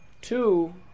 Two